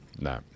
No